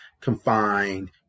confined